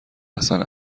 اصن